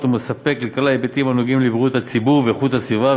ומספק לכלל ההיבטים הנוגעים לבריאות הציבור ואיכות הסביבה,